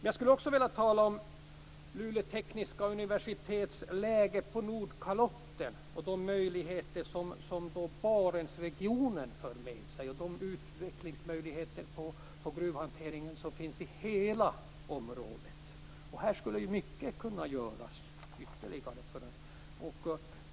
Jag skulle också vilja tala om Luleå tekniska universitets läge på Nordkalotten och de möjligheter som Barentsregionen för med sig och utvecklingsmöjligheterna för gruvhanteringen som finns i hela området. Här skulle mycket kunna göras ytterligare.